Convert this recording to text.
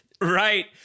Right